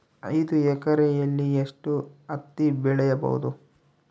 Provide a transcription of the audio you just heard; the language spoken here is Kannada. ಐದು ಎಕರೆಯಲ್ಲಿ ಎಷ್ಟು ಹತ್ತಿ ಬೆಳೆಯಬಹುದು?